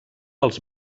als